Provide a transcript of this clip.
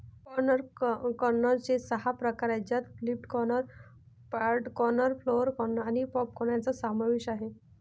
corn कर्नलचे सहा प्रकार आहेत ज्यात flint corn, pod corn, flour corn आणि पॉप कॉर्न यांचा समावेश आहे